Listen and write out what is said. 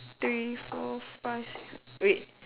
three four five six wait